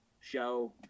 show